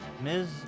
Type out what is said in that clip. Ms